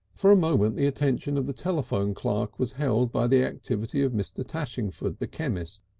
for a moment the attention of the telephone clerk was held by the activities of mr. tashingford, the chemist,